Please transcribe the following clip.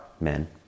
men